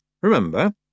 remember